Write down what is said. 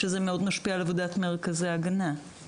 שזה מאוד משפיע על עבודת מרכזי ההגנה.